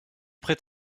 prêt